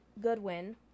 Goodwin